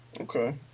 Okay